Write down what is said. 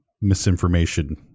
misinformation